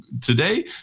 today